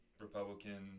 Republican